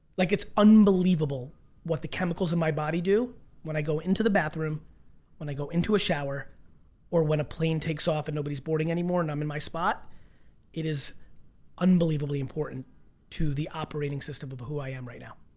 like it's unbelievable what the chemicals in my body do when i go into the bathroom when i go into a shower or when a plane takes off and nobody's boarding anymore and i'm in my spot it is unbelievably important to the operating system of who i am right now.